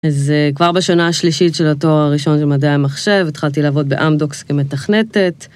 אז כבר בשנה השלישית של התואר הראשון של מדעי המחשב התחלתי לעבוד באמדוקס כמתכנתת.